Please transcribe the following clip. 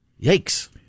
Yikes